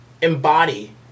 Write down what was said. embody